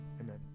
Amen